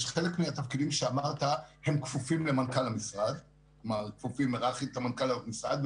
חלק מהתפקידים שאמרת הם כפופים היררכית למנכ"ל המשרד,